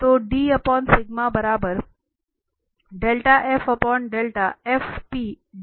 तो d sigma बराबर इस के करना होगा